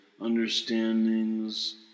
Understandings